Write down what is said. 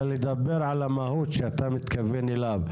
אלא לדבר על המהות שאתה מתכוון אליה.